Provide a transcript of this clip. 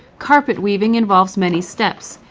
carpet weaving involves many steps,